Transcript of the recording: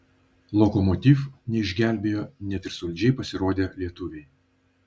lokomotiv neišgelbėjo net ir solidžiai pasirodę lietuviai